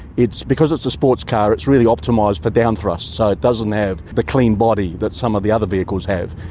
because it's a sports car it's really optimised for down thrust, so it doesn't have the clean body that some of the other vehicles have,